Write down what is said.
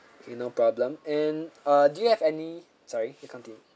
okay no problem and uh do you have any sorry can continue